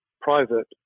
private